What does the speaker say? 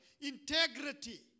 integrity